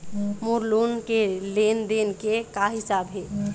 मोर loan के लेन देन के का हिसाब हे?